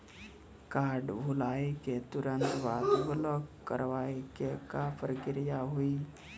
Card भुलाए के तुरंत बाद ब्लॉक करवाए के का प्रक्रिया हुई?